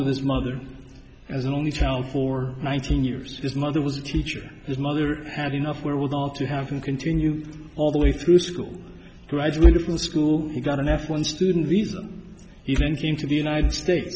with his mother as an only child for one thousand years his mother was a teacher his mother had enough wherewithal to have him continue all the way through school graduated from school he got an f one student visa even came to the united states